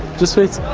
just wait.